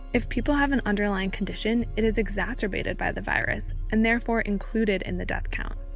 if people have an underlying condition, it is exacerbated by the virus, and therefore included in the death count.